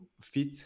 fit